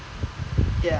tomorrow